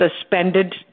suspended